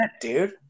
dude